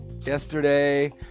yesterday